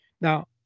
Now